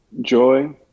joy